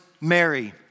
Mary